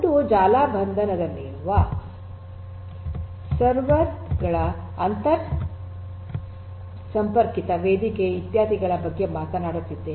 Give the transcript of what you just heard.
ಒಂದು ಜಾಲಬಂಧದಲ್ಲಿರುವ ಸರ್ವರ್ ಗಳ ಅಂತರ್ಸಂಪರ್ಕಿತ ವೇದಿಕೆ ಇತ್ಯಾದಿಗಳ ಬಗ್ಗೆ ಮಾತನಾಡುತ್ತಿದ್ದೇವೆ